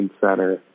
center